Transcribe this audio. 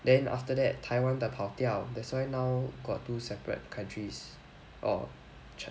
then after that taiwan 的跑掉 that's why now got two separate countries orh chi~